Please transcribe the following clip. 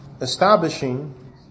establishing